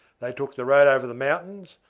they took the road over the mountains,